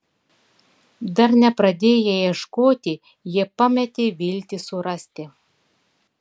dar nepradėję ieškoti jie pametė viltį surasti